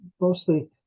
mostly